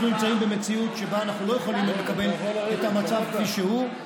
אנחנו נמצאים במציאות שבה אנחנו לא יכולים לקבל את המצב כפי שהוא,